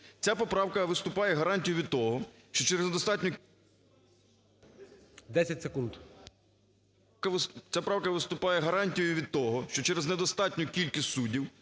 Ця правка виступає гарантією від того, що через недостатню кількість суддів,